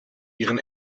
ihren